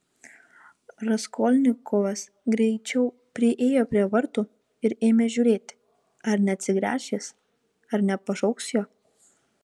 raskolnikovas greičiau priėjo prie vartų ir ėmė žiūrėti ar neatsigręš jis ar nepašauks jo